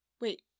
wait